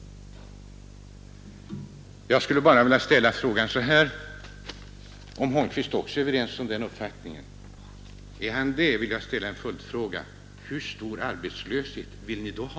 Delar herr Holmqvist den uppfattningen? Gör han det vill jag ställa en följdfråga: Hur stor arbetslöshet vill ni då ha?